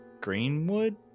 Greenwood